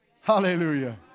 Hallelujah